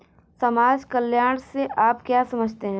समाज कल्याण से आप क्या समझते हैं?